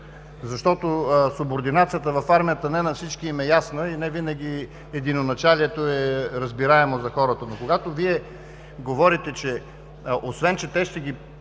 защото субординацията в армията не на всички им е ясна и не винаги единоначалието е разбираемо за хората. Но когато Вие говорите, че освен че ще ги